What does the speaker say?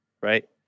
right